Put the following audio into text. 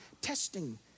testing